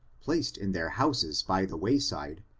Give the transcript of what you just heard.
placed in their houses by the way side,